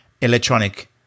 electronic